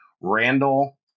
Randall